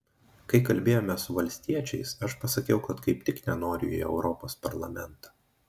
kai kalbėjome su valstiečiais aš pasakiau kad kaip tik nenoriu į europos parlamentą